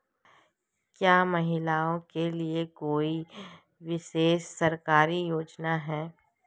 क्या महिलाओं के लिए कोई विशेष सरकारी योजना है?